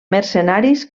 mercenaris